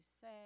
say